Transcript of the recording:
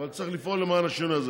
אבל צריך לפעול למען השינוי הזה.